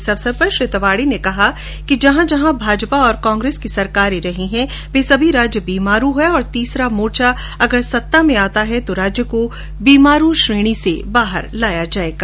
इस अवसर पर श्री तिवाडी ने कहा कि जहां जहां भाजपा तथा कांग्रेस की सरकारें हैं वे सभी राज्य बीमारू हैं और तीसरा मोर्चा अगर सत्ता में आता है तो राज्य को बीमारू श्रेणी से बाहर लाया जाएगा